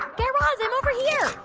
guy raz, um over here.